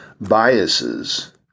biases